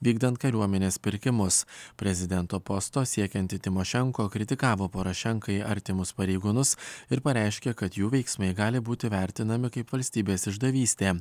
vykdant kariuomenės pirkimus prezidento posto siekiantį tymošenko kritikavo porošenkai artimus pareigūnus ir pareiškė kad jų veiksmai gali būti vertinami kaip valstybės išdavystė